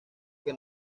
que